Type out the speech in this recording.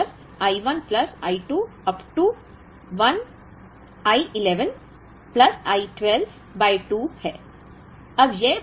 अब यह शब्द I 1 plus I 2 up to I 11 plus I 12 by 2 है